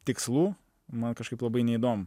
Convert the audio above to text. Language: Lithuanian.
tikslų man kažkaip labai neįdomu